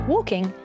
Walking